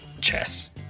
chess